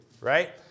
right